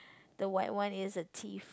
the white one is a thief